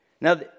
Now